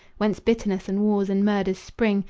whence bitterness and wars and murders spring,